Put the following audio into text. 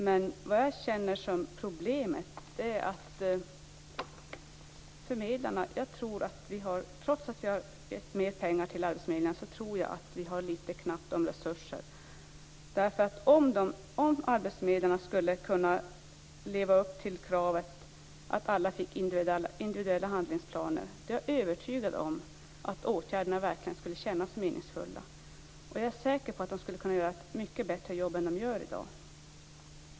Men trots att vi har givit arbetsförmedlingarna mer pengar tror jag att problemet för förmedlarna är att vi har litet knappt med resurser. Om arbetsförmedlarna kunde leva upp till kravet att alla fick individuella handlingsplaner är jag övertygad om att åtgärderna verkligen skulle kännas meningsfulla. Jag är säker på att de då skulle kunna göra ett mycket bättre jobb än vad de gör i dag.